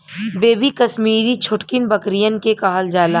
baby कसमीरी छोटकिन बकरियन के कहल जाला